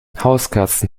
hauskatzen